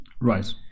Right